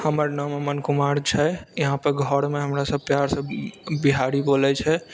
हमर नाम अमन कुमार छै इहाँ पर घरमे हमरा सब प्यारसँ बिहारी बोलैत छै